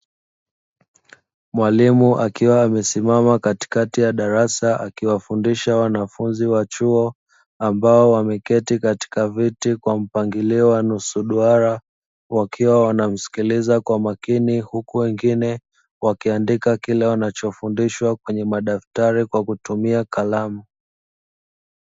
Mwalimu akiwa amesimama katikati ya darasa akiwafundisha wanafunzi wa chuo ambao wameketi katika viti kwa mpangilio wa nusu duara wakiwa wanamsikiliza kwa makini huku wengine wakiandika kile wanachofundishwa kwenye madaftari kwa kutumia karamu.